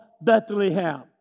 Bethlehem